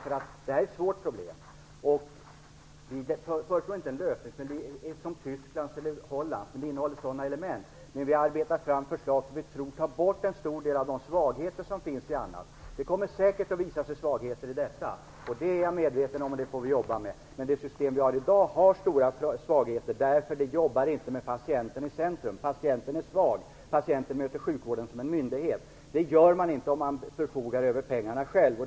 Detta är ett svårt problem. Jag föreslår inte en lösning som Tysklands eller Hollands, men det innehåller sådana element. Vi vill arbeta fram förslag som vi tror tar bort en stor del av de svagheter som finns. Det kommer säkert att visa sig svagheter även i det nya systemet. Det är jag medveten om, och det får vi jobba med. Det system som vi har i dag har stora svagheter, eftersom det inte arbetar med patienten i centrum. Patienten är svag, och patienten möter sjukvården som en myndighet. Det gör man inte om man förfogar över pengarna själv.